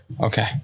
Okay